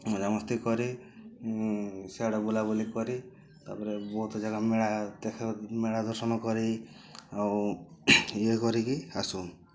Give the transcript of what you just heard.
ମଜାମସ୍ତି କରି ସିଆଡ଼େ ବୁଲାବୁଲି କରି ତା'ପରେ ବହୁତ ଜାଗା ମେଳା ଦେଖି ମେଳା ଦର୍ଶନ କରି ଆଉ ଇଏ କରିକି ଆସୁ